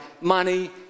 money